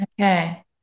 Okay